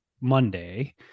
Monday